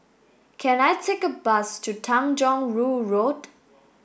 can I take a bus to Tanjong Rhu Road